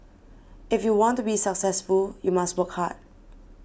if you want to be successful you must work hard